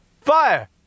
Fire